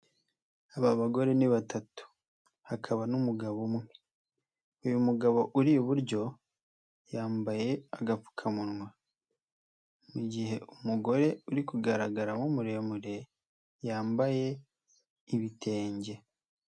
Aba bagore ni batatu, hakaba n'umugabo umwe. Uyu mugabo uri iburyo yambaye agapfukamunwa. Mu gihe umugore uri kugaragaramo muremure yambaye ibitenge.